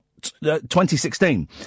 2016